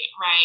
right